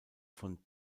von